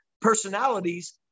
personalities